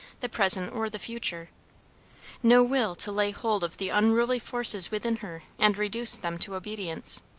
the present or the future no will to lay hold of the unruly forces within her and reduce them to obedience.